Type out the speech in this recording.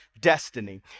destiny